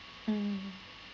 mm